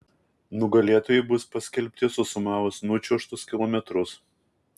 nugalėtojai bus paskelbti susumavus nučiuožtus kilometrus